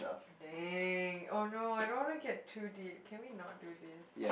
dang oh no I don't wanna get too deep can we not do this